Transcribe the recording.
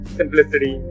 simplicity